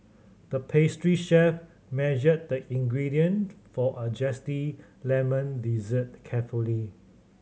the pastry chef measured the ingredient for a zesty lemon dessert carefully